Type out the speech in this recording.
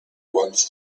wants